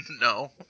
No